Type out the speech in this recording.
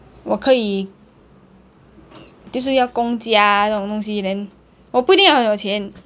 我可以就是要供家那种东西 then 我不一定要有钱